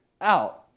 out